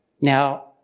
Now